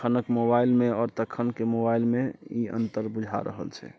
अखनके मोबाइलमे आओर तखनके मोबाइलमे ई अन्तर बुझा रहल छै